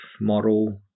model